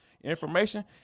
information